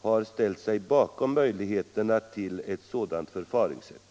har ställt sig bakom möjligheterna till ett sådant förfaringssätt.